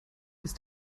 ist